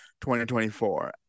2024